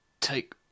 take